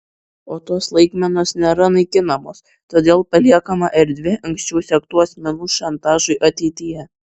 o tos laikmenos nėra naikinamos todėl paliekama erdvė anksčiau sektų asmenų šantažui ateityje